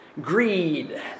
greed